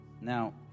Now